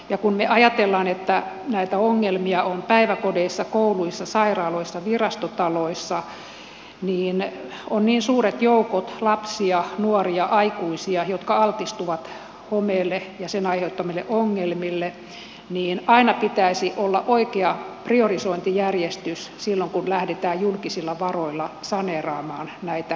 ja kun me ajattelemme että näitä ongelmia on päiväkodeissa kouluissa sairaaloissa virastotaloissa niin on niin suuret joukot lapsia nuoria aikuisia jotka altistuvat homeelle ja sen aiheuttamille ongelmille että aina pitäisi olla oikea priorisointijärjestys silloin kun lähdetään julkisilla varoilla saneeraamaan näitä pahimpia kohteita